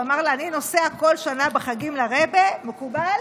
הוא אמר לה: אני נוסע בכל שנה בחגים לרעבע, מקובל?